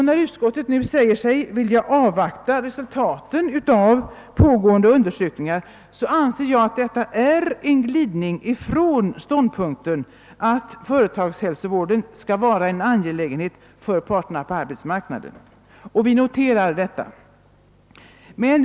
När utskottet nu säger sig vilja avvakta resultaten av pågående undersökningar, anser jag att detta är en glidning från ståndpunkten att företagshälsovården skall vara en angelägenhet för parterna på arbetsmarknaden. Vi noterar detta.